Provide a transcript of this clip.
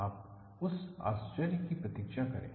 आप उस आश्चर्य की प्रतीक्षा करें